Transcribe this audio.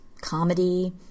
comedy